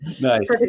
Nice